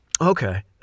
Okay